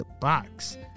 box